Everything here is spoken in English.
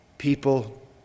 people